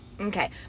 okay